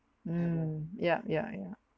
mm yup ya yeah